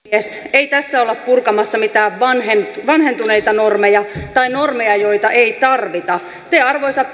ei tässä olla purkamassa mitään vanhentuneita normeja tai normeja joita ei tarvita te arvoisa